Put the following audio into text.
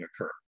occur